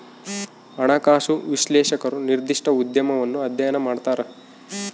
ಹಣಕಾಸು ವಿಶ್ಲೇಷಕರು ನಿರ್ದಿಷ್ಟ ಉದ್ಯಮವನ್ನು ಅಧ್ಯಯನ ಮಾಡ್ತರ